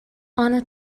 honour